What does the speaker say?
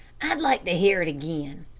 i'd like to hear it again.